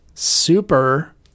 Super